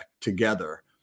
together